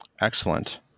Excellent